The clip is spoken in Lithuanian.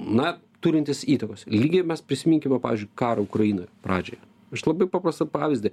na turintis įtakos lygiai mes prisiminkime pavyzdžiui karo ukrainoj pradžią aš labai paprastą pavyzdį